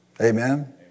Amen